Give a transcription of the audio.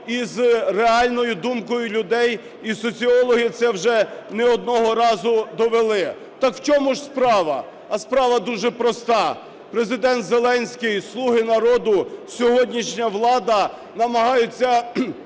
із реальною думкою людей, і соціологи це вже не одного разу довели. Так в чому ж справа? А справа дуже проста: Президент Зеленський, "слуги народу", сьогоднішня влада намагаються